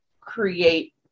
create